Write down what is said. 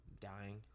dying